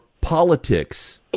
politics